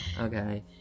okay